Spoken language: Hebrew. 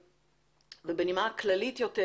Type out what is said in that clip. בנימה כללית יותר.